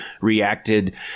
reacted